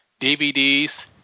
DVDs